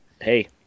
Hey